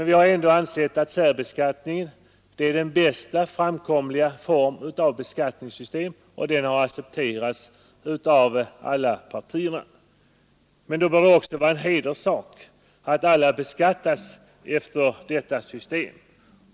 Vi har ändå ansett att särbeskattningen är det bästa beskattningssystemet, och den har accepterats av alla partier. Men då bör det också vara en hederssak att alla beskattas efter detta system.